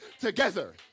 together